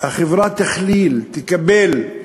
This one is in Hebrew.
שהחברה תכליל, תקבל,